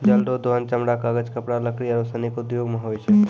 जल रो दोहन चमड़ा, कागज, कपड़ा, लकड़ी आरु सनी उद्यौग मे होय छै